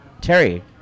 Terry